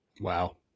Wow